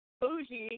bougie